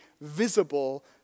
visible